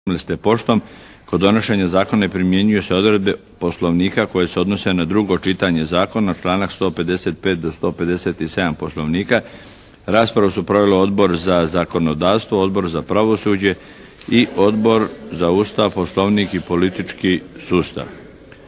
poštom. Kod donošenja zakona primjenjuju se odredbe poslovnika koje se odnose na drugo čitanje zakona, članak 115. do 157. poslovnika. Raspravu su proveli Odbor za zakonodavstvo, Odbor za pravosuđe i Odbor za Ustav, poslovnik i politički sustav.